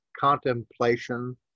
contemplation